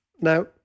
now